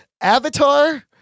Avatar